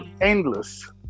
endless